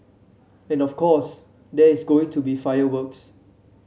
and of course there's going to be fireworks